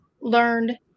learned